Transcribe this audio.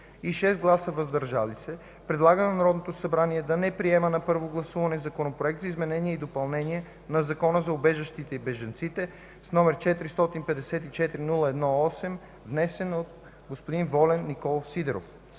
и 6 гласа „въздържали се” предлага на Народното събрание да не приеме на първо гласуване Законопроект за изменение и допълнение на Закона за убежището и бежанците, № 454-01-8, внесен от Волен Николов Сидеров